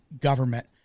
government